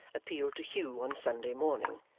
appealed to hugh on sunday morning,